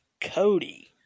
Cody